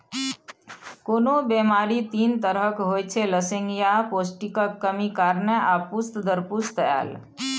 कोनो बेमारी तीन तरहक होइत छै लसेंगियाह, पौष्टिकक कमी कारणेँ आ पुस्त दर पुस्त आएल